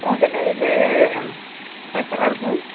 உங்கக்கிட்ட எது ஸ்பெஷலாக இருக்கும்